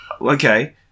Okay